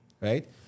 Right